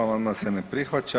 Amandman se ne prihvaća.